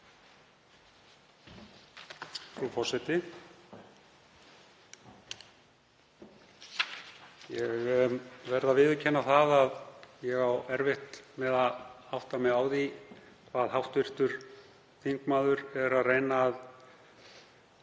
Frú forseti. Ég verð að viðurkenna að ég á erfitt með að átta mig á því hverju hv. þingmaður er að reyna að